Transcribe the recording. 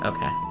Okay